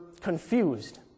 confused